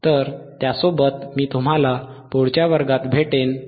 तर त्यासोबत मी तुम्हाला पुढच्या वर्गात भेटेन